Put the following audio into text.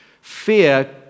fear